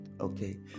Okay